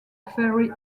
ferry